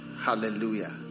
hallelujah